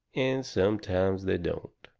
and sometimes they don't.